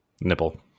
nipple